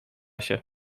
się